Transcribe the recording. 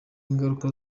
ingaruka